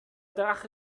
drache